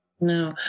No